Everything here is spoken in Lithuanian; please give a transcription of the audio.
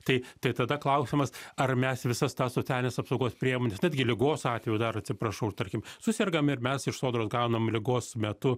tai tai tada klausimas ar mes visas tas socialinės apsaugos priemones netgi ligos atveju dar atsiprašau tarkim susergam ir mes iš sodros gaunam ligos metu